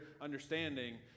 understanding